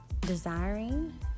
desiring